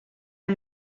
amb